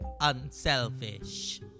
unselfish